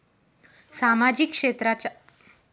सामाजिक क्षेत्राच्या कोणकोणत्या योजना आहेत?